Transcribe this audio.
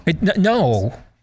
No